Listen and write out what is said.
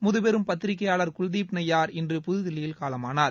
முதுபெரும் பத்திரிகையாளர் குல்தீாப் நய்யார் இன்று புதுதில்லியில் காலமானார்